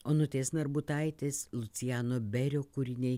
onutės narbutaitės luciano berio kūriniai